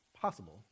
Possible